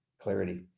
Clarity